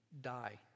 die